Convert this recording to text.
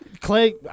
Clay